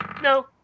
No